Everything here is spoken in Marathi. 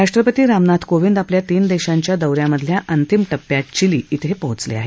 राष्ट्रपती रामनाथ कोविंद आपल्या तीन देशांच्या दौ यामधल्या अंतिम टप्प्यात चिली इथं पोहोचले आहेत